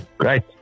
Great